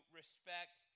respect